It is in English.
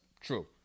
true